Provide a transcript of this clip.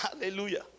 Hallelujah